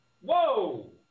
Whoa